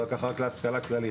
זה רק ככה להשכלה כללית.